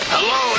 Hello